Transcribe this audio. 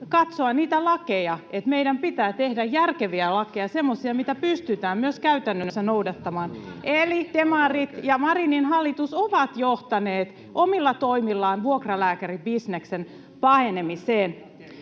katsoa niitä lakeja, eli että meidän pitää tehdä järkeviä lakeja, semmoisia mitä pystytään myös käytännössä noudattamaan. Eli demarit ja Marinin hallitus ovat johtaneet omilla toimillaan vuokralääkäribisneksen pahenemiseen.